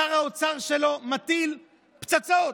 שר האוצר שלו מטיל פצצות,